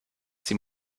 sie